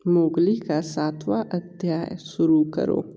Mowgli का सातवा अध्याय शुरू करो